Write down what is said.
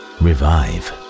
revive